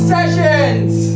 Sessions